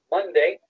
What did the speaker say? Monday